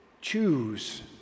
choose